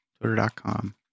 twitter.com